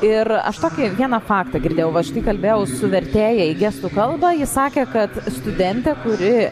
ir aš tokį vieną faktą girdėjau vat štai kalbėjau su vertėja į gestų kalbą ji sakė kad studentė kuri